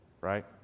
right